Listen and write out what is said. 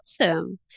Awesome